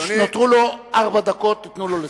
נותרו לו ארבע דקות, תנו לו לסיים.